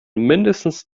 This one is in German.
mindestens